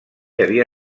havia